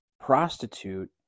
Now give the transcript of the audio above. prostitute